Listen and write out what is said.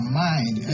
mind